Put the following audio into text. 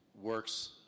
works